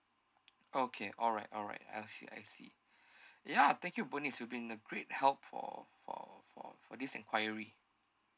okay alright alright I see I see ya thank you bernice you've been a great help for for for for this enquiry